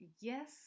Yes